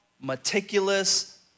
meticulous